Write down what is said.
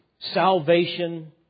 salvation